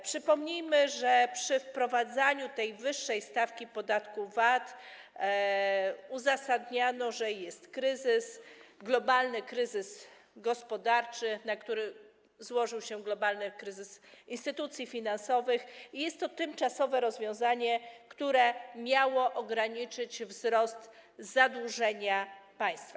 Przypomnijmy, że przy wprowadzaniu tej wyższej stawki podatku VAT uzasadniano, że jest kryzys, globalny kryzys gospodarczy, na który złożył się globalny kryzys instytucji finansowych, i jest to rozwiązanie tymczasowe, które miało ograniczyć wzrost zadłużenia państwa.